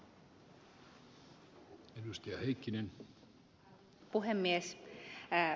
arvoisa puhemies